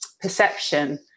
perception